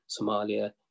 Somalia